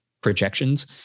projections